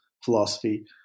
philosophy